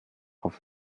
aufs